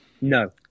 No